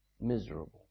miserable